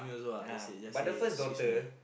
ah but the first daughter